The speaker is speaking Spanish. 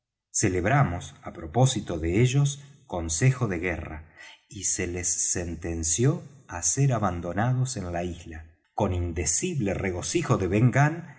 celebramos á propósito de ellos consejo de guerra y se les sentenció á ser abandonados en la isla con indecible regocijo de